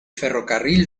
ferrocarril